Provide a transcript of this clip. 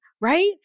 right